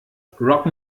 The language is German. rock